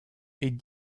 est